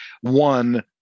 one